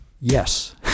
yes